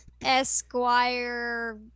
Esquire